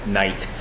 night